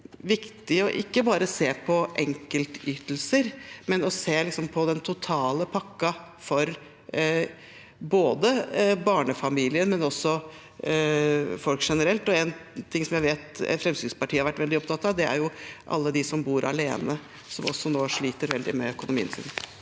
det er viktig ikke bare å se på enkeltytelser, men å se på den totale pakken, for både barnefamilier og også folk generelt. Noe jeg vet Fremskrittspartiet har vært veldig opptatt av, er alle dem som bor alene, som også sliter veldig med økonomien sin